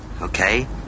okay